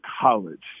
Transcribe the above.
college